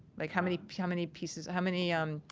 like how many, how many pieces, how many, um,